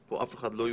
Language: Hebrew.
אז פה אף אחד לא יופלה.